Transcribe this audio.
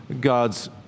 God's